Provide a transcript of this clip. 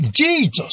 Jesus